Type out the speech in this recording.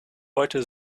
wollte